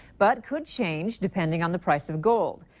but could change depending on the price of gold.